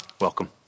welcome